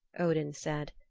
odin said.